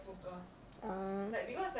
uh